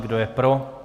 Kdo je pro?